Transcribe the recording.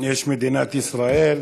יש מדינת ישראל.